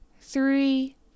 three